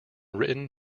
written